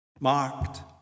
Marked